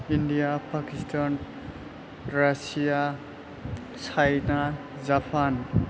India Pakistan Russia China Japan